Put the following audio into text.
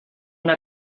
una